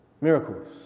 Miracles